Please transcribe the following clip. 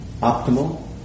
Optimal